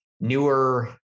newer